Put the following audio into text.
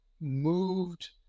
moved